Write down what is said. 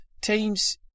teams